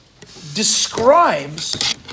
describes